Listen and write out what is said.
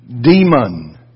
demon